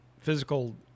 physical